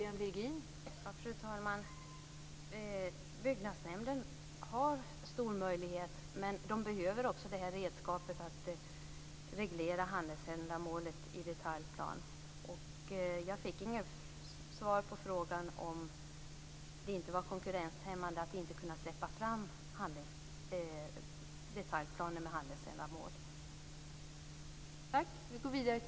Fru talman! Byggnadsnämnderna har stora möjligheter, men de behöver också redskapet att kunna reglera handelsändamålet i detaljplan. Jag fick inget svar på frågan om det inte var konkurrenshämmande att inte kunna släppa fram detaljplaner med handelsändamål.